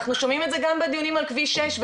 אנחנו שומעים את זה גם בדיונים על כביש 6,